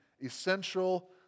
essential